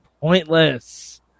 Pointless